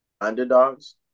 underdogs